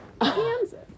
Kansas